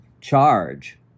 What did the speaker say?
charge